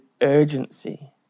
urgency